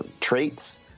traits